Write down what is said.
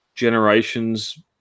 Generations